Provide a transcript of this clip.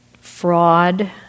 Fraud